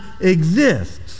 exists